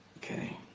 Okay